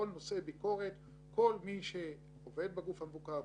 ביקורת לגבי תפקוד מוסדות המדינה במשבר